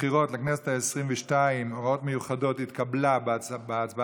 הבחירות לכנסת העשרים-ושתיים (הוראות מיוחדות לעניין ועדת הבחירות),